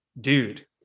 dude